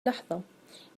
لحظة